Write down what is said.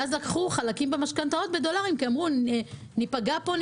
ואז לקחו חלקים במשכנתאות בדולרים כי אמרו: ניפגע פה,